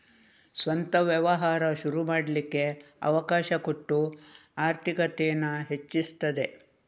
ಸ್ವಂತ ವ್ಯವಹಾರ ಶುರು ಮಾಡ್ಲಿಕ್ಕೆ ಅವಕಾಶ ಕೊಟ್ಟು ಆರ್ಥಿಕತೇನ ಹೆಚ್ಚಿಸ್ತದೆ